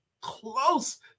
close